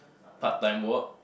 part time work